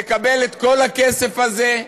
תקבל את כל הכסף הזה,